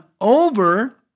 over